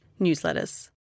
newsletters